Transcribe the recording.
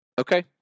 Okay